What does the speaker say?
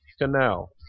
Canal